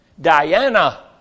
Diana